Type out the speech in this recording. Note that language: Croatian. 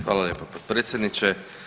Hvala lijepa potpredsjedniče.